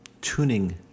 tuning